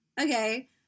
okay